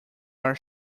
are